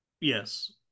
Yes